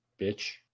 bitch